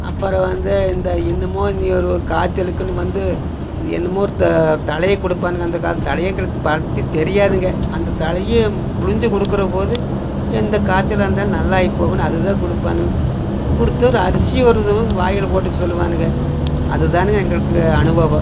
அப்புறம் வந்து இந்த என்னமோ இந்த ஒரு காய்ச்சலுக்குன்னு வந்து அது என்னமோ ஒரு த தழையை கொடுப்பானுங்க அந்த காலத்து தழையை பற்றி தெரியாதுங்க அந்த தழையே பிழிஞ்சி கொடுக்குற போது எந்த காய்ச்சலாக இருந்தாலும் நல்லாகி போகும்னு அதுதான்கொடுப்பானுவோ கொடுத்து ஒரு அரிசி ஒரு தருவ வாயிலை போட்டுக்க சொல்லுவானுங்க அது தானுங்க எங்களுக்கு அனுபவம்